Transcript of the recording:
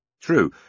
True